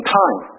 time